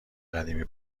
قدیمی